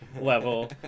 level